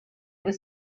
was